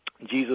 Jesus